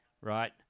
right